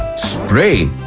spray,